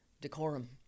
decorum